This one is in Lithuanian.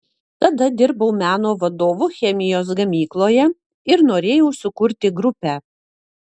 tada dirbau meno vadovu chemijos gamykloje ir norėjau sukurti grupę